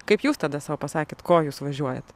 kaip jūs tada sau pasakėt ko jūs važiuojat